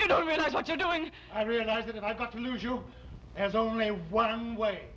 you don't realize what you're doing i realize that i'm going to lose you there's only one way